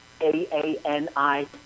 A-A-N-I